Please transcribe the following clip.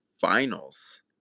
finals